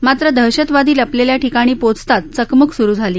मात्र दहशतवादी लपलेल्या ठिकाणी पोहचताच चकमक स्रु झाली